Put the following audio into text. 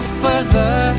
further